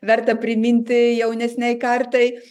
verta priminti jaunesnei kartai